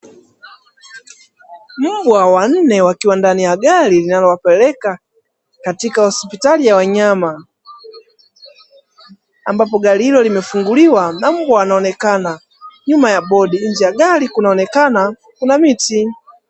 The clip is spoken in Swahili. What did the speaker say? Mbwa wanne wakiwa ndani ya gari linalowapeleka katika hospitali ya wanyama, ambapo gari hilo limefunguliwa na mbwa wanaonekana nyuma ya bodi nje kunaonekana kuna miti.